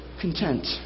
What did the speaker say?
content